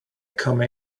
come